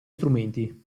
strumenti